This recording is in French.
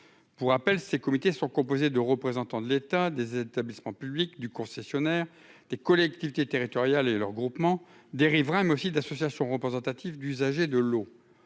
pour rappel, ces comités sont composés de représentants de l'État des établissements publics du concessionnaire des collectivités territoriales et le regroupement des riverains, mais aussi d'associations représentatives d'usagers de l'eau,